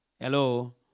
Hello